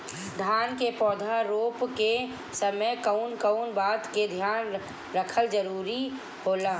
धान के पौधा रोप के समय कउन कउन बात के ध्यान रखल जरूरी होला?